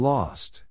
Lost